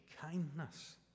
kindness